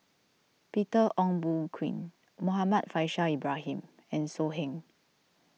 Peter Ong Boon Kwee Muhammad Faishal Ibrahim and So Heng